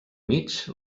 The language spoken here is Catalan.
mig